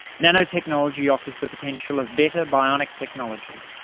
nanotechnology offers the potential of better bionic technology,